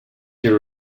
you